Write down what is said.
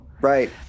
Right